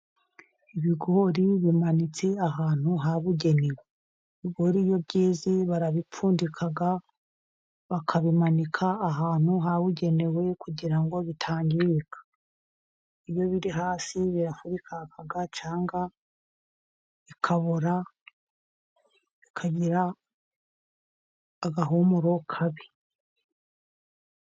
Ibigori bimanitse ahantu habugenewe. Ibigori iyo byeze barabipfundika, bakabimanika ahantu habugenewe, kugira ngo bitangirika. Iyo biri hasi birafurikaka cyangwa bikabora, bikagira agahumuro kabi.